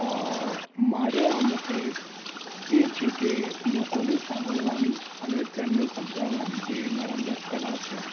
મારા મતે એ છે કે લોકોને સાંભળવાની અને તેમને સમજાવવાની જે મારા અંદર કલા છે